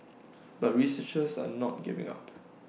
but researchers are not giving up